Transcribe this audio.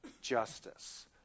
justice